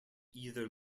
either